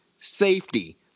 safety